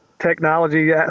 technology